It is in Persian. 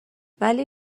ولی